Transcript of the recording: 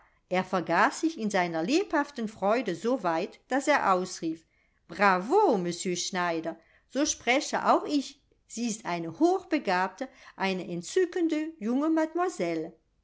er vergaß sich in seiner lebhaften freude so weit daß er ausrief bravo monsieur schneider so spreche auch ich sie ist eine hochbegabte eine entzückende junge